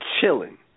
chilling